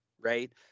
right